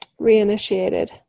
reinitiated